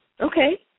Okay